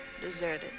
deserted